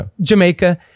Jamaica